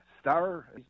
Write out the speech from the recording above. star